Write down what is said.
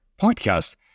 podcast